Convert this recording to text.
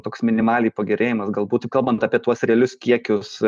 toks minimaliai pagerėjimas galbūt kalbant apie tuos realius kiekius